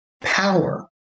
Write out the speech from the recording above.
Power